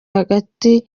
hagati